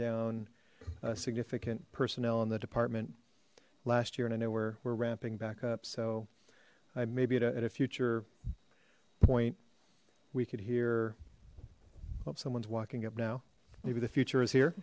down significant personnel in the department last year and i know where we're ramping back up so i may be at a future point we could hear of someone's walking up now maybe the future is here